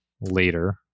later